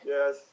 Yes